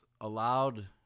allowed